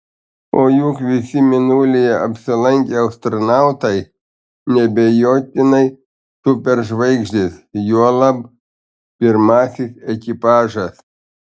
o juk visi mėnulyje apsilankę astronautai neabejotinai superžvaigždės juolab pirmasis ekipažas